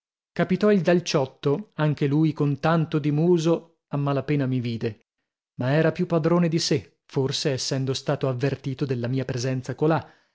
capitò il dal ciotto anche lui con tanto di muso a mala pena mi vide ma era più padrone di sè forse essendo stato avvertito della mia presenza colà